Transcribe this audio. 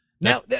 Now